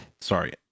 Sorry